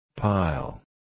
Pile